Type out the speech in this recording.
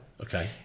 okay